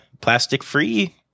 plastic-free